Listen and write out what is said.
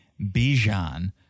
Bijan